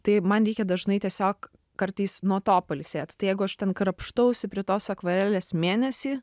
tai man reikia dažnai tiesiog kartais nuo to pailsėt tai jeigu aš ten krapštausi prie tos akvarelės mėnesį